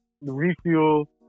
refuel